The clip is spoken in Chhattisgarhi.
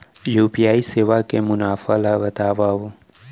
यू.पी.आई सेवा के मुनाफा ल बतावव?